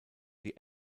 die